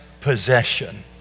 possession